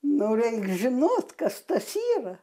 nu reik žinot kas tas yra